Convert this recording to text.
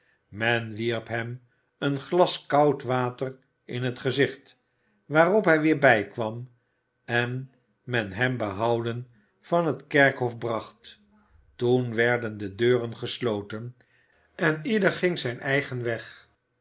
men wierp hem een glas koud water in t gezicht waarop hij weer bijkwam en men hem behouden van het kerkhof bracht toen werden de deuren gesloten en ieder ging zijn eigen weg